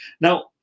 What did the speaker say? Now